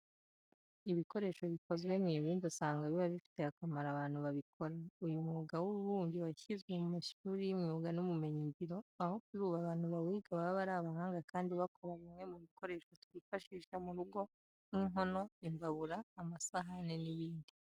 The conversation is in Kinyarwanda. Ibikoresho bikozwe mu ibumba usanga biba bifitiye akamaro abantu babikora. Uyu mwuga w'ububumbyi washyizwe mu mashuri y'imyuga n'ubumenyingiro, aho kuri ubu abantu bawiga baba ari abahanga kandi bakora bimwe mu bikoresho twifashisha mu rugo nk'inkono, imbabura, amasahani n'ibindi.